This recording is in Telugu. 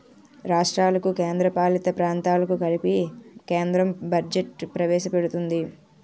రాష్ట్రాలకు కేంద్రపాలిత ప్రాంతాలకు కలిపి కేంద్రం బడ్జెట్ ప్రవేశపెడుతుంది